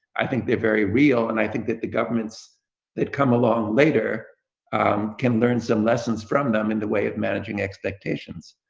i think they're very real and i think the governments that come along later can learn some lessons from them in the way of managing expectations.